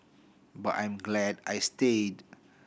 but I am glad I stayed